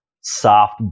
soft